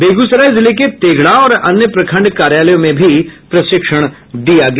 बेगूसराय जिले के तेघड़ा और अन्य प्रखंड कार्यालयों में भी प्रशिक्षण दिया गया